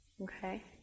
Okay